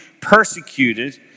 persecuted